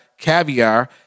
caviar